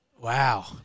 wow